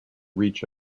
reach